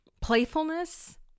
playfulness